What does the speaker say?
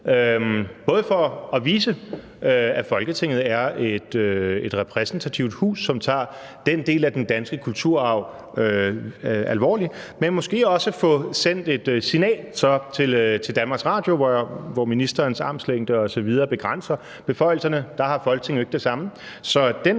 både for at vise, at Folketinget er et repræsentativt hus, som tager den del af den danske kulturarv alvorligt, men måske også for så at få sendt et signal til DR. Hvor ministerens armslængde osv. begrænser beføjelserne, har Folketinget jo ikke det samme.